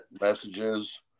messages